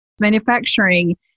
manufacturing